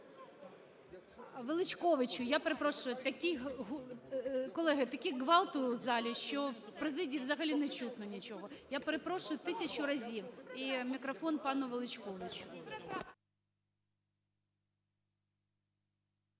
Величковичу. Я перепрошую, такий гул. Колеги, такий ґвалт у залі, що в президії взагалі не чути нічого. Я перепрошую тисячу разів, і мікрофон пану Величковичу.